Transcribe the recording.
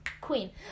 queen